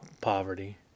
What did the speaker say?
poverty